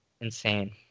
insane